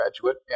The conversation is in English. graduate